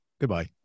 Goodbye